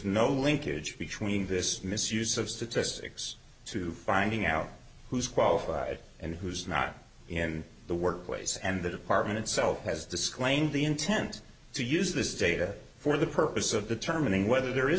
no linkage between this misuse of statistics to finding out who's qualified and who's not in the workplace and the department itself has disclaimed the intent to use this data for the purpose of determining whether there is